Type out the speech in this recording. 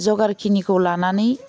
जगारखिनिखौ लानानै